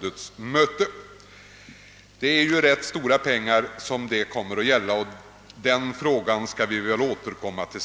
Det är dock rätt mycket pengar det kommer att gälla, och vi får väl ändå återkomma till